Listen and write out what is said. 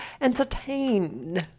entertain